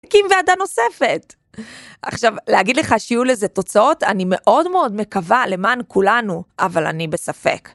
הקים ועדה נוספת. עכשיו, להגיד לך שיהיו לזה תוצאות, אני מאוד מאוד מקווה למען כולנו, אבל אני בספק.